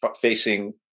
facing